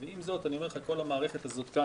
עם זאת אני אומר לך שכל המערכת הזאת כאן